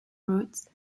routes